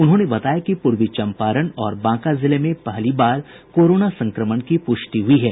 उन्होंने बताया कि पूर्वी चंपारण और बांका जिले में पहली बार कोरोना संक्रमण की पुष्टि हुई है